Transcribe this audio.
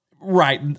right